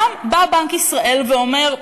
גם בנק ישראל בא ואומר: